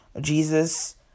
Jesus